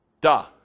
Duh